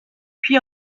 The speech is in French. puis